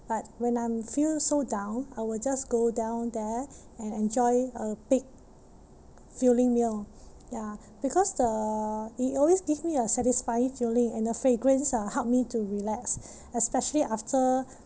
but when I'm feel so down I will just go down there and enjoy a big filling meal ya because the it always give me a satisfying feeling and the fragrance uh help me to relax especially after